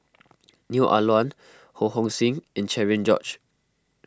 Neo Ah Luan Ho Hong Sing and Cherian George